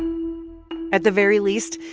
at the very least,